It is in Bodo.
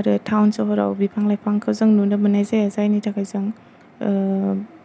आरो टाउन सोहोराव बिफां लाइफांखौ जों नुनो मोननाय जाया जायनि थाखाय जों